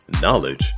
knowledge